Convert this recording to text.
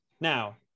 Now